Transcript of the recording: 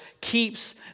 keeps